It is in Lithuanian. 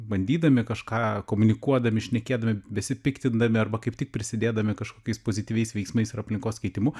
bandydami kažką komunikuodami šnekėdami besipiktindami arba kaip tik prisidėdami kažkokiais pozityviais veiksmais ir aplinkos keitimu